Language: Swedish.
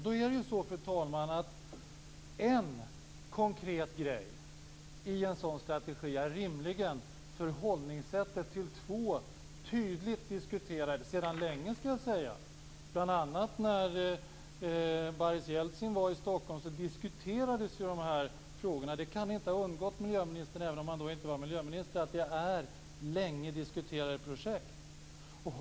Då är det så, fru talman, att en konkret sak i en sådan strategi rimligen är förhållningssättet till två sedan länge tydligt diskuterade projekt. Bl.a. när Boris Jeltsin var i Stockholm diskuterades ju dessa frågor. Det kan inte ha undgått miljöministern, även om han då inte var miljöminister, att det är projekt som har diskuterats länge.